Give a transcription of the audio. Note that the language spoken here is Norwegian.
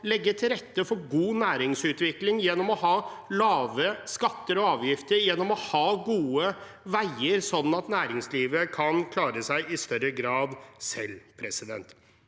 legge til rette for god næringsutvikling gjennom å ha lave skatter og avgifter og gjennom å ha gode veier, sånn at næringslivet kan klare seg selv i større grad. Jeg må også litt